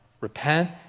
repent